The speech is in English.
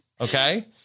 Okay